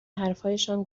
حرفهایشان